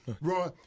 Roy –